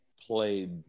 played